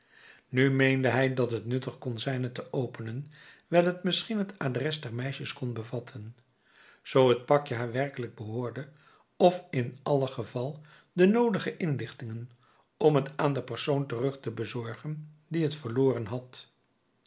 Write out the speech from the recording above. nu meende hij dat het nuttig kon zijn het te openen wijl het misschien het adres der meisjes kon bevatten zoo het pakje haar werkelijk behoorde of in allen geval de noodige inlichtingen om het aan den persoon terug te bezorgen die het verloren had